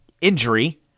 injury